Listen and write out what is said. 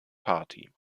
party